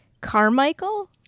Carmichael